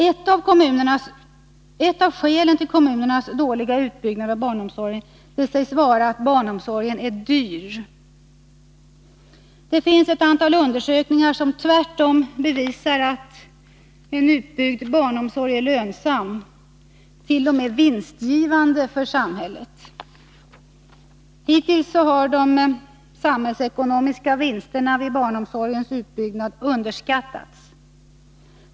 Ett av skälen till kommunernas dåliga utbyggnad av barnomsorgen sägs vara att barnomsorgen är dyr. Det finns ett antal undersökningar som tvärtom visar att en utbyggd barnomsorg är lönsam, t.o.m. vinstgivande för samhället. Hittills har de samhällsekonomiska vinsterna vid barnomsorgsutbyggnad underskattats.